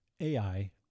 AI